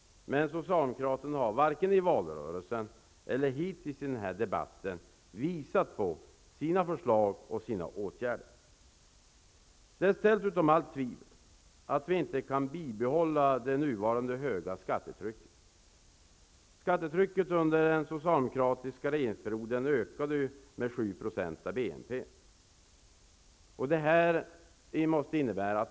Men socialdemokraterna har varken i valrörelsen eller hittills i den här debatten visat på några förslag till åtgärder. Det är ställt utom allt tvivel att vi inte kan bibehålla det nuvarande höga skattetrycket. Skattetrycket ökade under den socialdemokratiska regeringsperioden med 7 % av BNP.